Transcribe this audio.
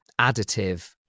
additive